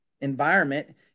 environment